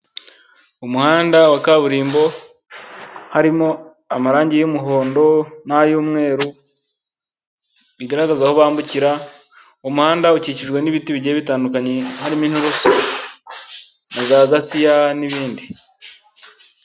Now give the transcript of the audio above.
Umuhanda wa kaburimbo harimo amarangi y'umuhondo n'ay'umweru, bigaragaza aho bambukira, umuhanda ukikijwe n'ibiti bigiye bitandukanye harimo inurusu za gasiya n'ibindi.